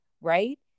right